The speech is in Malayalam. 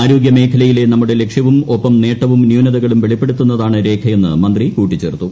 ആരോഗ്യമേഖലയിലെ നമ്മുടെ ലക്ഷ്യവും ഒപ്പം നേട്ടവും ന്യൂനതകളും വെളിപ്പെടുന്നതാണ് രേഖയെന്ന് മന്ത്രി കൂട്ടിച്ചേർത്തു